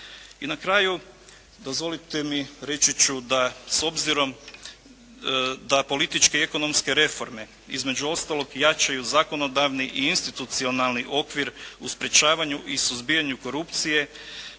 I na kraju dozvolite mi reći ću da s obzirom da političke i ekonomske reforme između ostalog jačaju zakonodavni i institucionalni okvir u sprečavanju i suzbijanju korupcije